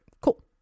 Cool